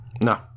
no